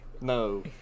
No